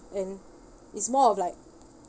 and it's more of like